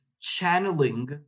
channeling